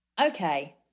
Okay